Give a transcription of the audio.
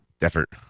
effort